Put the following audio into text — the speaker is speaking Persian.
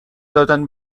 دادن